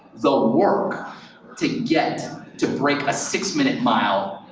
the work to get to break a six-minute mile,